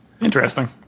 Interesting